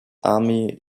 army